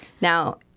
Now